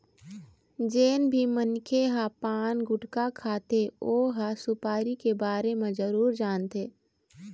जेन भी मनखे ह पान, गुटका खाथे ओ ह सुपारी के बारे म जरूर जानथे